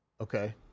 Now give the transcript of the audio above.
Okay